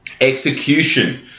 Execution